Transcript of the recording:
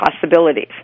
possibilities